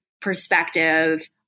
perspective